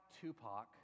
Tupac